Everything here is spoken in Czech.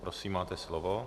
Prosím, máte slovo.